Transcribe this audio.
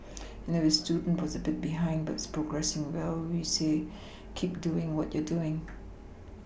and if a student was a bit behind but is progressing well we'll say keep doing what you're doing